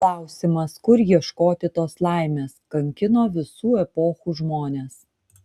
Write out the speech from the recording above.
klausimas kur ieškoti tos laimės kankino visų epochų žmones